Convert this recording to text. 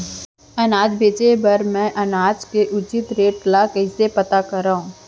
अनाज बेचे बर मैं अनाज के उचित रेट ल कइसे पता करो?